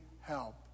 help